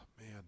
man